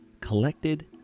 collected